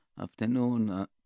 afternoon